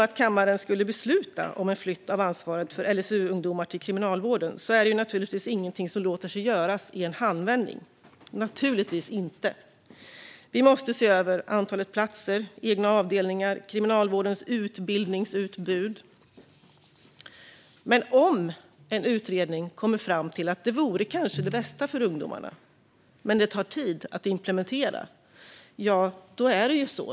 Om kammaren skulle besluta om en flytt av ansvaret för LSU-ungdomar till Kriminalvården är det naturligtvis inte något som låter sig göras i en handvändning. Vi måste se över antalet platser och egna avdelningar och Kriminalvårdens utbildningsutbud. Men om en utredning kommer fram till att det kanske vore det bästa för ungdomarna men tar tid att implementera - ja, då är det ju så.